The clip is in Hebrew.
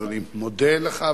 אז אני מודה לך,